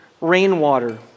rainwater